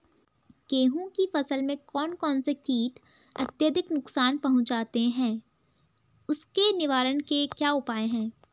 गेहूँ की फसल में कौन कौन से कीट अत्यधिक नुकसान पहुंचाते हैं उसके निवारण के क्या उपाय हैं?